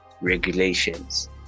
regulations